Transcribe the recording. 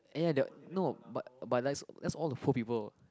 eh ya they are no but but likes that's all the poor people